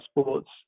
sports